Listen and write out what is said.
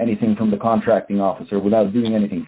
anything from the contracting officer without doing anything